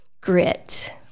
grit